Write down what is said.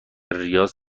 ریاض